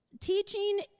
teaching